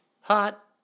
hot